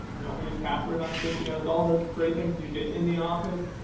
don't leave passwords on sticky notes. all the great things that you did in the office,